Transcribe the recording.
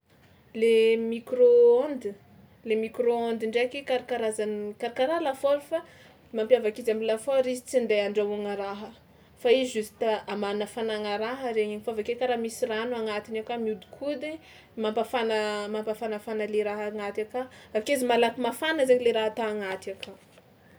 Le micro-ondes, le micro-ondes ndraiky karakarazan'ny karakaraha lafaoro fa mampiavaka izy am'lafaoro izy tsy ndeha andrahoigna raha fa izy justa amanafanagna raha regny fa avy ake karaha misy rano agnatiny aka mihodinkodiny mampafana mampafanafana le raha agnaty aka, ake izy malaky mafana zany le raha ata agnaty aka.